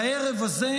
והערב הזה,